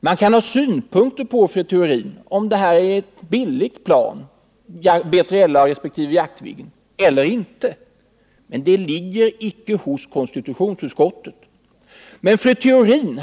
Man kan, fru Theorin, ha synpunkter på om B3LA och JA 37 Viggen är billiga flygplan, men det ankommer inte på konstitutionsutskottet att avgöra detta.